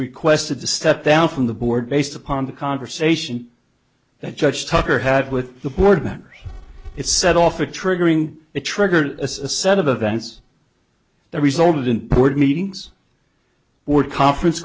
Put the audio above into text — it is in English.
requested to step down from the board based upon the conversation that judge tucker had with the board members it set off a triggering it triggered a set of events that resulted in board meetings were conference